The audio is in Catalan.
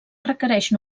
requereix